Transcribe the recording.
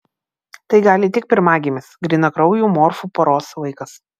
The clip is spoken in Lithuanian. tai gali tik pirmagimis grynakraujų morfų poros vaikas